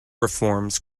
reforms